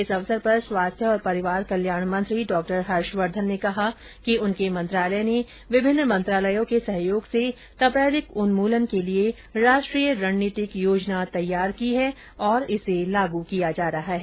इस अवसर पर स्वास्थ्य और परिवार कल्याण मंत्री डॉक्टर हर्षवर्धन ने कहा कि उनके मंत्रालय ने विभिन्न मंत्रालयों के सहयोग से तपेदिक उन्मूलन के लिए राष्ट्रीय रणनीतिक योजना तैयार की है और इसे लागू किया जा रहा है